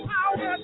Power